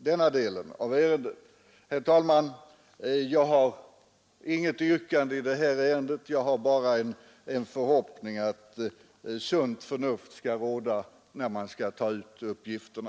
Herr talman! Jag har inget yrkande i det här ärendet. Jag har bara en förhoppning att sunt förnuft skall råda när man skall ta fram uppgifterna.